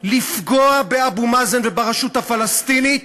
לפגוע באבו מאזן וברשות הפלסטינית